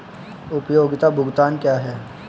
उपयोगिता भुगतान क्या हैं?